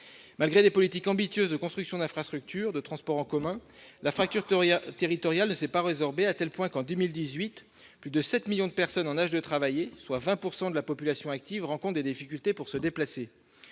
Malgré des politiques ambitieuses de construction d'infrastructures de transports en commun, la fracture territoriale ne s'est pas résorbée, à tel point qu'en 2018 plus de sept millions de personnes en âge de travailler, soit 20 % de la population active, rencontrent des difficultés pour se déplacer.